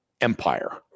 Empire